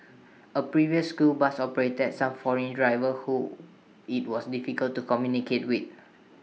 A previous school bus operator had some foreign drivers who IT was difficult to communicate with